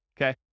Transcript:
Okay